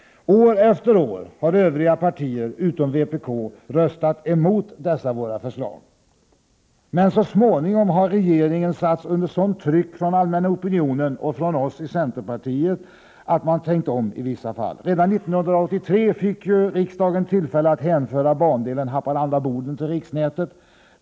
År efter år har övriga partier, utom vpk, röstat emot dessa våra förslag. Men så småningom har regeringen satts under sådant tryck från den allmänna opinionen och från oss i centerpartiet att man har tänkt om i vissa fall. Redan 1983 fick ju riksdagen tillfälle att hänföra bandelen Haparanda-Boden till riksnätet.